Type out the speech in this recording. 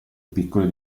piccole